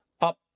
up